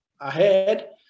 ahead